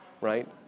right